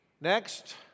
Next